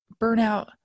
burnout